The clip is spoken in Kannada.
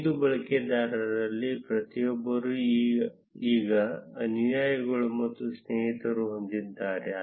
5 ಬಳಕೆದಾರರಲ್ಲಿ ಪ್ರತಿಯೊಬ್ಬರು ಈಗ ಅನುಯಾಯಿಗಳು ಮತ್ತು ಸ್ನೇಹಿತರ ಸಂಖ್ಯೆಯನ್ನು ಹೊಂದಿದ್ದಾರೆ